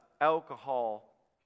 alcohol